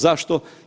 Zašto?